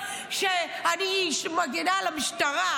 שאני מגינה על המשטרה,